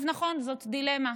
נכון, זאת דילמה,